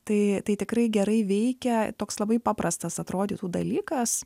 tai tai tikrai gerai veikia toks labai paprastas atrodytų dalykas